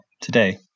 today